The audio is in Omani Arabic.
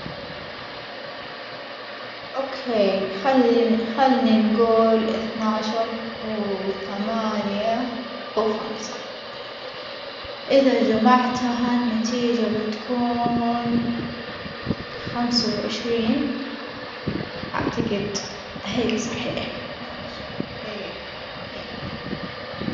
أوكي خلي خلني نجول إثنا عشر وثمانية وخمسة، إذا جمعتها النتيجة بتكون خمسة وعشرين أعتجد هيك صحيح إثناعشر إي هيك.